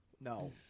No